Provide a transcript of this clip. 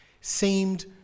seemed